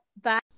bye